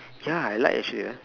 ya I like actually uh